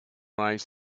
ice